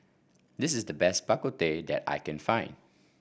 this is the best Bak Kut Teh that I can find